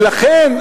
ולכן,